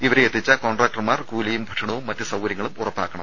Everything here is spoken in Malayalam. ഇവരെ എത്തിച്ച കോൺട്രാക്ടർമാർ കൂലിയും ഭക്ഷണവും മറ്റ് സൌകര്യങ്ങളും ഉറപ്പാക്കണം